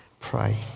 pray